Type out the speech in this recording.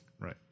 Right